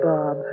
Bob